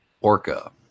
orca